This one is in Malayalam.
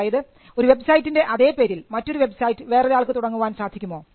അതായത് ഒരു വെബ്സൈറ്റിൻറെ അതേപേരിൽ മറ്റൊരു വെബ്സൈറ്റ് വേറൊരാൾക്ക് തുടങ്ങുവാൻ സാധിക്കുമോ